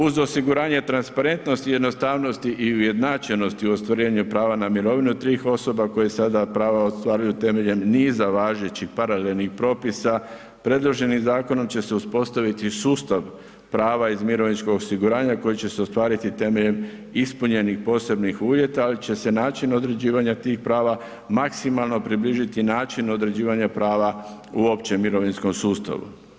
Uz osiguranje transparentnosti, jednostavnosti i ujednačenosti u ostvarivanju prava na mirovinu tih osoba koje sada prava ostvaruju temeljem niza važećih paralelnih propisa predloženim zakonom će se uspostaviti sustav prava iz mirovinskog osiguranja koji će se ostvariti temeljem ispunjenih posebnih uvjeta, ali će se način određivanja tih prava maksimalno približiti načinu određivanja prava u općem mirovinskom sustavu.